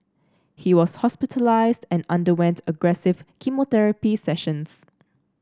he was hospitalised and underwent aggressive chemotherapy sessions